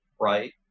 right